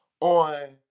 on